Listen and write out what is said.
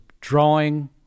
drawing